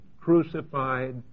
crucified